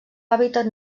hàbitat